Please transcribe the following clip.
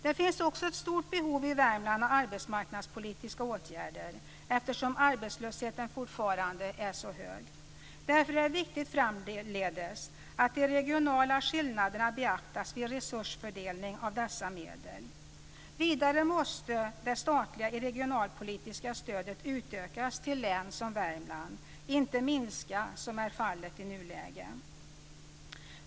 Det finns också ett stort behov i Värmland av arbetsmarknadspolitiska åtgärder, eftersom arbetslösheten fortfarande är så hög. Därför är det viktigt framdeles att de regionala skillnaderna beaktas vid fördelning av resurser på detta område. Vidare måste det statliga regionalpolitiska stödet utökas till län som Värmland, inte minska som är fallet i nuläget.